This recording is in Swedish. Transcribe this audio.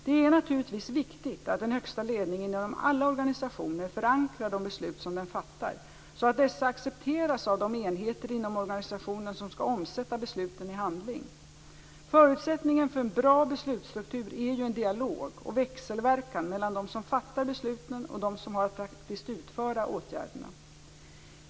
Det är naturligtvis viktigt att den högsta ledningen inom alla organisationer förankrar de beslut som den fattar, så att dessa accepteras av de enheter inom organisationen som skall omsätta besluten i handling. Förutsättningen för en bra beslutsstruktur är ju en dialog och växelverkan mellan dem som fattar besluten och dem som har att praktiskt utföra åtgärderna.